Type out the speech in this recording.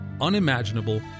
unimaginable